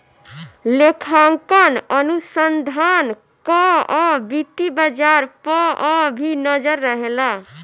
लेखांकन अनुसंधान कअ वित्तीय बाजार पअ भी नजर रहेला